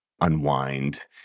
unwind